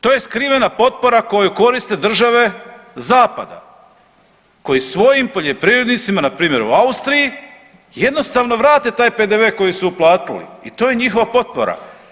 To je skrivena potpora koju koriste države zapada, koji svojim poljoprivrednicima na primjer u Austriji jednostavno vrate taj PDV koji su uplatili i to je njihova potpora.